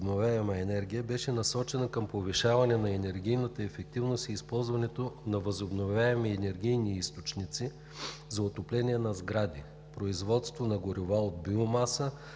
енергия“ беше насочена към повишаване на енергийната ефективност и използването на възобновяеми енергийни източници за отопление на сгради, производство на горива от биомаса,